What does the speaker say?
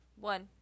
one